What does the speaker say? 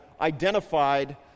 identified